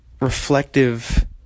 reflective